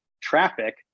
traffic